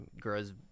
grows